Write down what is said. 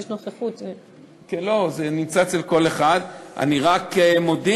כך שלא רק דב חנין,